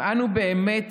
אם אנו באמת